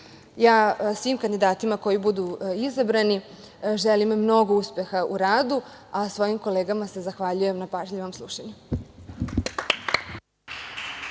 akata. Svim kandidatima koji budu izabrani želim mnogo uspeha u radu, a svojim kolegama se zahvaljujem na pažljivom slušanju.